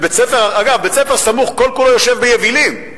בית-ספר סמוך כל כולו יושב ביבילים,